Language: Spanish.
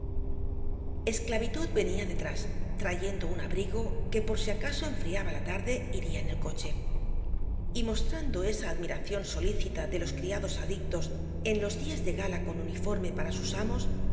esclavitud venía detrás trayendo un abrigo que por si acaso enfriaba la tarde iría en el coche y mostrando esa admiración solícita de los criados adictos en los días de gala con uniforme para sus amos